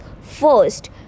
first